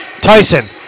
Tyson